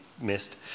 missed